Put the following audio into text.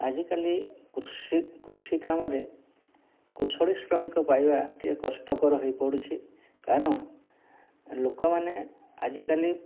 ଆଜିକାଲି କୃଷି କୃଷି କାମରେ କୁଶଳୀ ଶ୍ରମିକ ପାଇବା ଟିକେ କଷ୍ଟକର ହେଇପଡ଼ୁଛି କାରଣ ଲୋକମାନେ ଆଜିକାଲି